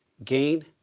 gain,